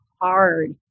hard